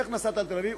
איך נסעת לתל אביב?